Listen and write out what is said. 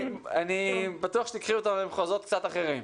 אני בטוח שתיקחי אותנו למחוזות קצת אחרים.